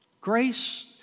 Grace